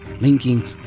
linking